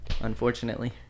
unfortunately